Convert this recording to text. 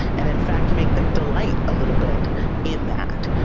and in fact, make them delight a little bit in that.